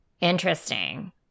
Interesting